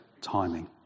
timing